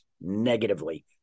negatively